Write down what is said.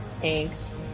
Thanks